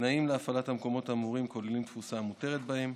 תנאים להפעלת המקומות האמורים כוללים תפוסה המותרת בהם,